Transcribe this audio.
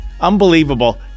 Unbelievable